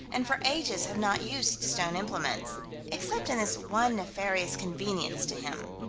and for ages have not used stone implements except in this one nefarious convenience to him.